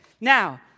Now